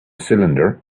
cylinder